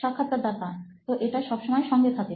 সাক্ষাৎকারদাতা তো এটা সবসময় সঙ্গে থাকে